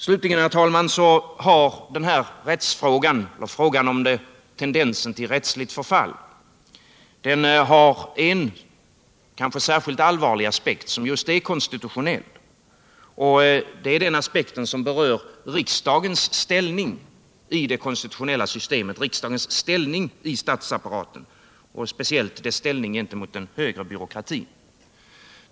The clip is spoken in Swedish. Slutligen, herr talman, har frågan om tendensen till rättsligt förfall en särskilt allvarlig aspekt som är just konstitutionell. Det är den aspekt som berör riksdagens ställning i det konstitutionella systemet, i statsapparaten, och speciellt dess ställning gentemot den högre byråkratin.